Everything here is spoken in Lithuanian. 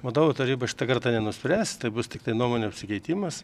vadovų taryba šitą kartą nenuspręs tai bus tiktai nuomonių apsikeitimas